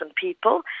people